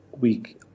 week